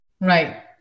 right